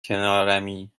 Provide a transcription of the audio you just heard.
کنارمی